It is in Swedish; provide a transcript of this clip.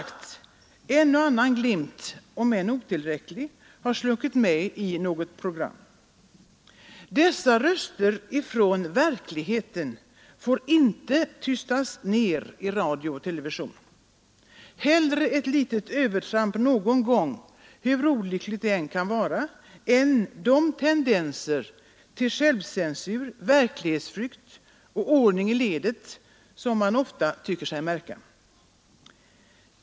En och annan glimt, om än otillräcklig, har som sagt slunkit med i något program. Dessa röster från verkligheten får inte tystas ned i radio och TV. Hellre ett litet övertramp någon gång, hur olyckligt det än kan vara, än de tendenser till självcensur, verklighetsflykt och ”ordning i ledet” som man ofta tycker sig märka.